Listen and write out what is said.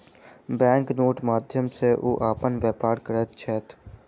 bank नोटक माध्यम सॅ ओ अपन व्यापार करैत छैथ